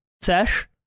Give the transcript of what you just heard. sesh